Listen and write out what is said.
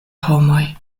homoj